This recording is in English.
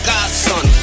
Godson